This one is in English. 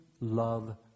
love